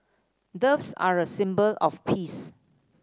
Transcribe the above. doves are a symbol of peace